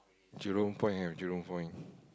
Jurong-Point have Jurong-Point